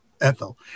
Ethel